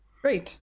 great